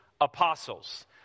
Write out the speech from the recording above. apostles